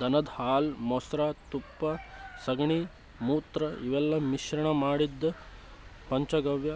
ದನದ್ ಹಾಲ್ ಮೊಸ್ರಾ ತುಪ್ಪ ಸಗಣಿ ಮೂತ್ರ ಇವೆಲ್ಲಾ ಮಿಶ್ರಣ್ ಮಾಡಿದ್ದ್ ಪಂಚಗವ್ಯ